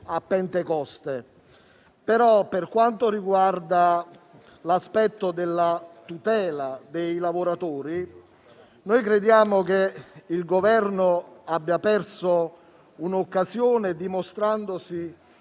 a Pentecoste. Per quanto riguarda l'aspetto della tutela dei lavoratori, crediamo che il Governo abbia perso un'occasione, dimostrandosi